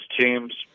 teams